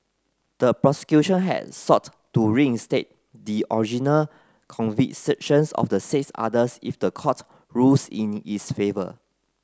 the prosecution had sought to reinstate the original convictions of the six others if the court rules in its favour